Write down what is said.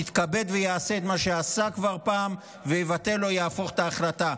יתכבד ויעשה את מה שעשה כבר פעם ויבטל או יהפוך את ההחלטה.